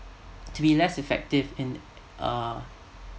to be less effective in uh